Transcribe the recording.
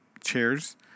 chairs